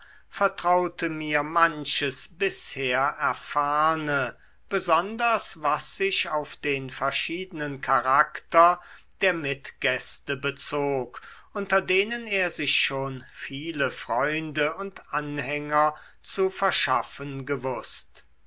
vertraute mir manches bisher erfahrne besonders was sich auf den verschiedenen charakter der mitgäste bezog unter denen er sich schon viele freunde und anhänger zu verschaffen gewußt